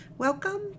Welcome